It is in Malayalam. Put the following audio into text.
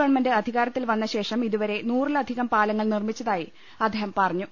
ഗവൺമെന്റ് അധികാരത്തിൽവന്നശേഷം ഇതുവരെ നൂറില ധികം പാലങ്ങൾ നിർമിച്ചതായി അദ്ദേഹം പറഞ്ഞു